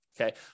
Okay